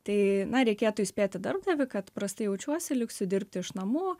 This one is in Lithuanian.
tai na reikėtų įspėti darbdavį kad prastai jaučiuosi liksiu dirbti iš namų